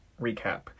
recap